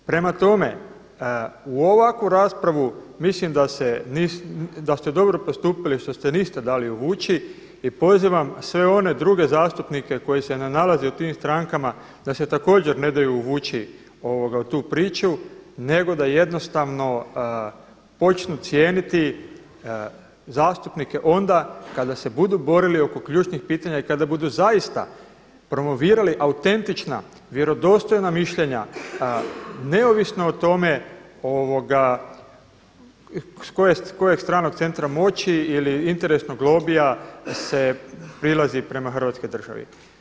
Prema tome, u ovakvu raspravu mislim da ste dobro postupili što se niste dali uvući i pozivam sve one druge zastupnike koji se ne nalaze u tim strankama da se također ne daju uvući u tu priču, nego da jednostavno počnu cijeniti zastupnike onda kada se budu borili oko ključnih pitanja i kada budu zaista promovirali autentična, vjerodostojna mišljenja neovisno o tome s kojeg stranog centra moći ili interesnog lobija se prilazi prema Hrvatskoj državi.